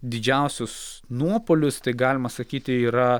didžiausius nuopuolius tai galima sakyti yra